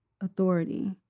authority